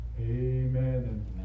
Amen